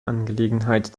angelegenheit